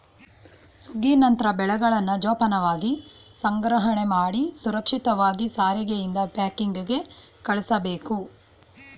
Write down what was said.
ಸುಗ್ಗಿ ನಂತ್ರ ಬೆಳೆಗಳನ್ನ ಜೋಪಾನವಾಗಿ ಸಂಗ್ರಹಣೆಮಾಡಿ ಸುರಕ್ಷಿತವಾಗಿ ಸಾರಿಗೆಯಿಂದ ಪ್ಯಾಕಿಂಗ್ಗೆ ಕಳುಸ್ಬೇಕು